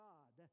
God